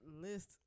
list